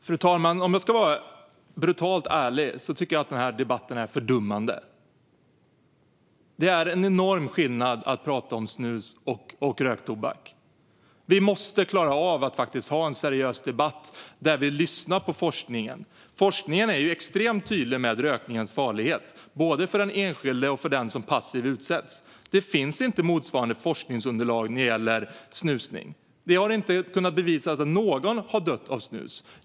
Fru talman! Jag ska vara brutalt ärlig och säga att jag tycker att den här debatten är fördummande. Det är en enorm skillnad att prata om snus och att prata om röktobak. Vi måste klara av att faktiskt ha en seriös debatt där vi lyssnar på forskningen. Forskningen är extremt tydlig med rökningens farlighet både för den enskilde och för den som passivt utsätts. Det finns inte motsvarande forskningsunderlag när det gäller snusning. Det har inte kunnat bevisas att någon har dött av snus.